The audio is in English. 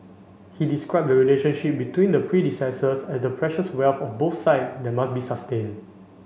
he described the relationship between their predecessors as the precious wealth of both side that must be sustained